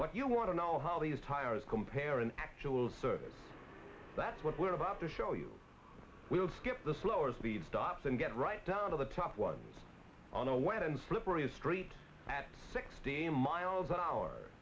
what you want to know how these tires compare an actual service that's what we're about to show you will skip the slower speed stops and get right down to the top one on a wet and slippery street at sixty miles an hour